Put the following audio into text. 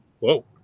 whoa